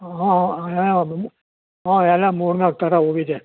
ಹಾಂ ಹಾಂ ಎಲ್ಲ ಮೂರ್ನಾಲ್ಕು ಥರ ಹೂವಿದೆ